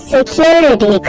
Security